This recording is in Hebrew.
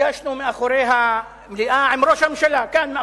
נפגשנו עם ראש הממשלה כאן,